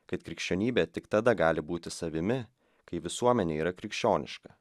kad krikščionybė tik tada gali būti savimi kai visuomenė yra krikščioniška